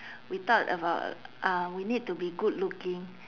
we thought about uh we need to be good looking